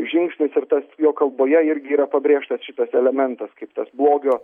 žingsnis ir tas jo kalboje irgi yra pabrėžtas šitas elementas kaip tas blogio